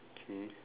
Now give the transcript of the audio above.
he